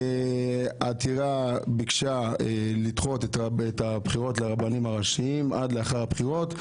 העתירה ביקשה לדחות את הבחירות לרבנים הראשיים עד לאחר הבחירות.